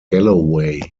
galloway